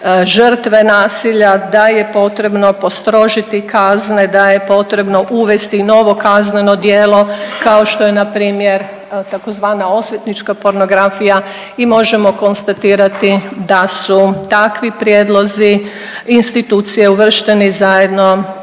žrtve nasilja, da je potrebno postrožiti kazne, je potrebo uvesti i novo kazneno djelo, kao što je npr. tzv. osvetnička pornografija i možemo konstatirati da su takvi prijedlozi institucije uvršteni zajedno